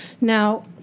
Now